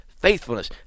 faithfulness